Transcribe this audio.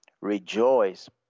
Rejoice